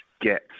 get